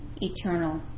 eternal